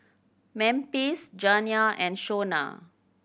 Memphis Janiah and Shona